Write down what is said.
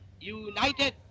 united